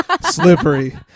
slippery